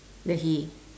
the hay